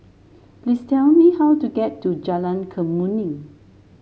please tell me how to get to Jalan Kemuning